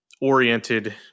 oriented